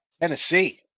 Tennessee